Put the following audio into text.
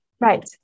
Right